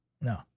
No